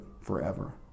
forever